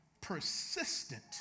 persistent